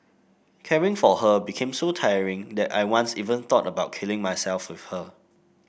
caring for her became so tiring that I once even thought of killing myself with her